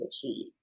achieve